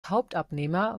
hauptabnehmer